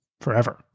Forever